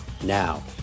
Now